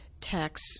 tax